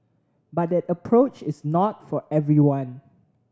but that approach is not for everyone